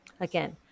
Again